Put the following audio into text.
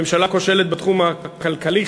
ממשלה כושלת בתחום הכלכלי,